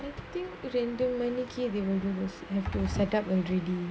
I think ரெண்டு மணிக்கு:rendu maniku they will goes have to set up already